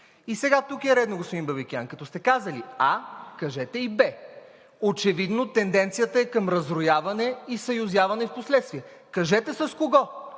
Сега тук е редно, господин Бабикян, като сте казали „а“, кажете и „б“. Очевидно тенденцията е към разрояване и съюзяване впоследствие. Кажете с кого?